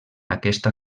aquesta